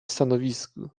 stanowisku